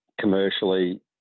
commercially